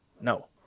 No